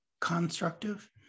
constructive